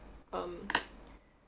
um